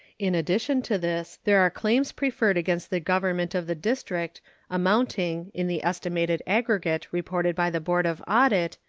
in addition to this there are claims preferred against the government of the district amounting, in the estimated aggregate reported by the board of audit,